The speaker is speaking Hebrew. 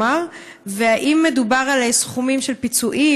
והאם מדובר על סכומים של פיצויים,